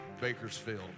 Bakersfield